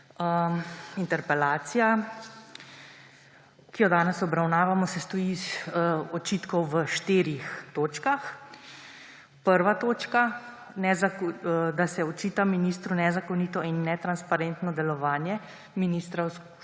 interpelacija, ki jo danes obravnavamo, sestoji iz očitkov v štirih točkah. Prva točka, da se očita ministru nezakonito in netransparentno delovanje ministra